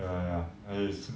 ya ya ya and is